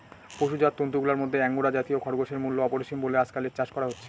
পশুজাত তন্তুগুলার মধ্যে আঙ্গোরা জাতীয় খরগোশের মূল্য অপরিসীম বলে আজকাল এর চাষ করা হচ্ছে